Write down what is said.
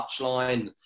touchline